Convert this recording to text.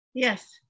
Yes